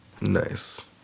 Nice